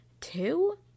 Two